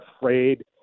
afraid